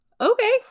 Okay